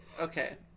Okay